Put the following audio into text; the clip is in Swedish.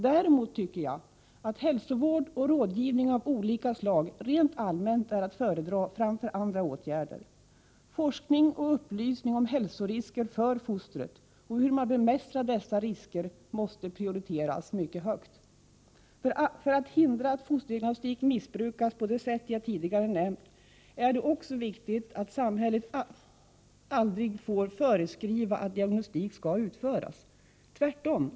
Däremot tycker jag att hälsovård och rådgivning av olika slag rent allmänt är att föredra framför andra åtgärder. Forskning och upplysning om hälsorisker för fostret och hur man bemästrar dessa risker måste prioriteras mycket högt. För att hindra att fosterdiagnostik missbrukas på det sätt jag tidigare nämnt är det också viktigt att samhället aldrig får föreskriva att diagnostik skall utföras. Tvärtom!